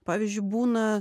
pavyzdžiui būna